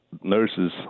nurses